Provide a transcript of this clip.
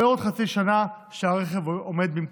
ועוד חצי שנה שהרכב עומד במקומו.